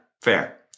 fair